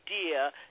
idea